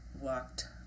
walked